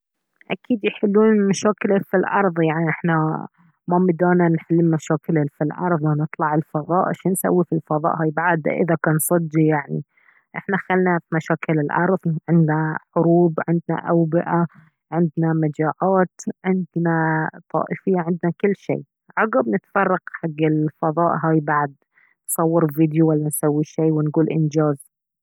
اكيد يحلون المشاكل الي في الأرض يعني احنا ما مدانا نحل المشاكل الي في الأرض لنطلع الفضاء شنسوي في الفضاء هاي بعد إذا كان صدقي يعني احنا خلنا في مشاكل الأرض عندنا حروب عندنا اوبئة عندنا مجاعات عندنا طائفية عندنا كل شي عقب نتفرغ حق الفضاء هاي بعد نصور فيديو ولا نسوي شي ونقول انجاز